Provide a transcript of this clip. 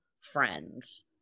friends